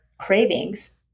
cravings